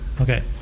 Okay